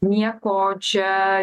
nieko čia